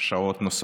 שעות נוספות.